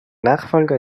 nachfolger